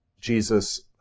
Jesus